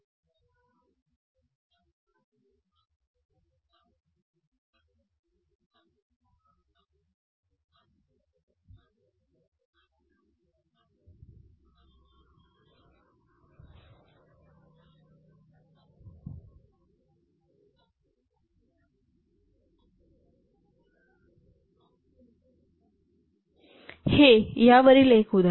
हे यावरील एक उदाहरण आहे